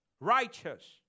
righteous